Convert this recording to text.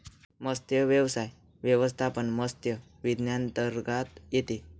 मत्स्यव्यवसाय व्यवस्थापन मत्स्य विज्ञानांतर्गत येते